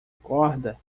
corda